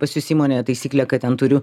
pas jus įmonėje taisyklė kad ten turiu